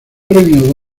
premio